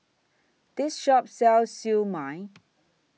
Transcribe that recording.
This Shop sells Siew Mai